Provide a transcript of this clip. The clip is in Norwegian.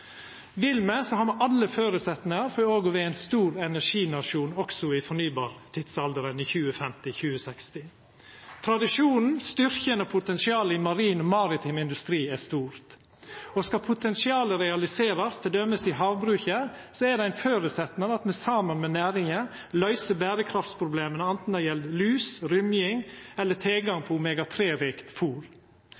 Vil me, har me alle føresetnader for å vera ein stor energinasjon også i fornybar-tidsalderen, i 2050–2060. Tradisjonen, styrken og potensialet i maritim industri er stor, og skal potensialet realiserast, t.d. i havbruket, er det ein føresetnad at me saman med næringa løyser berekraftsproblema, anten det gjeld lus, rømming eller tilgang